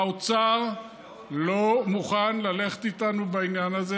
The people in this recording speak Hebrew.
האוצר לא מוכן ללכת איתנו בעניין הזה,